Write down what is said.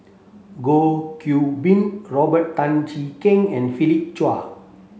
Goh Qiu Bin Robert Tan Jee Keng and Philip Chia